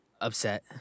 upset